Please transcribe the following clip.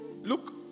look